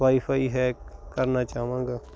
wifi hack ਕਰਨਾ ਚਾਹਾਂਗਾ